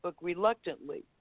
reluctantly